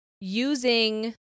using